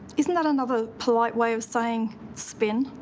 isn't that another polite way of saying spin?